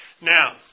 Now